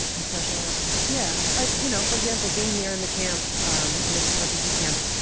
a social level? yeah. like you know, for example, being here in the camp, um this refugee camp,